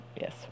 yes